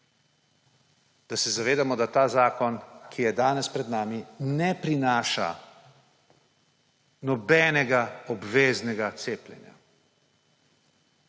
da se zavedamo, da ta zakon, ki je danes pred nami, ne prinaša nobenega obveznega cepljenja.